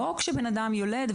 לא כשהאדם יולד,